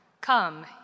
Come